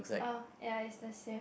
uh ya is the same